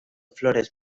flores